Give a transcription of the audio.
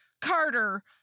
Carter